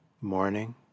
morning